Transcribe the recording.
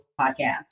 podcast